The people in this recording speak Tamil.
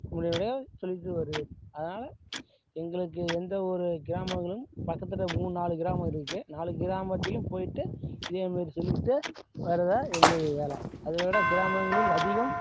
உங்களுடைய சொல்லிட்டு வருவேன் அதனால எங்களுக்கு எந்த ஒரு கிராமங்களும் பக்கத்தில் மூணு நாலு கிராமம் இருக்கு நாலு கிராமத்துலேயும் போய்ட்டு இதே மாதிரி சொல்லிவிட்டு வருவேன் இது வந்து ஒரு வேலை அதோடு கிராமங்களில் அதிகம்